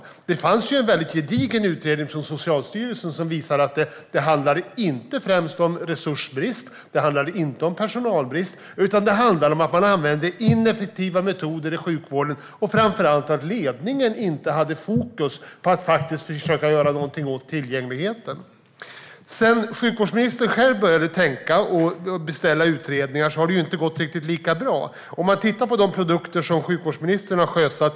Socialstyrelsen gjorde ju en väldigt gedigen utredning som visade att köerna inte främst berodde på resursbrist eller personalbrist, utan på att man använde ineffektiva metoder i sjukvården och framför allt på att ledningen inte hade fokus på att försöka göra något åt tillgängligheten. Sedan sjukvårdsministern själv började tänka och beställa utredningar har det inte gått riktigt lika bra. Låt oss titta på vad sjukvårdsministern har sjösatt!